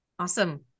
Awesome